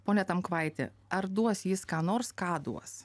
pone tamkvaiti ar duos jis ką nors ką duos